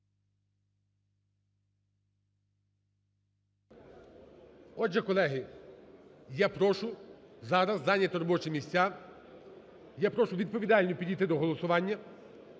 Отже, колеги, я прошу зараз зайняти робочі місця. Я прошу відповідально підійти до голосування.